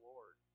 Lord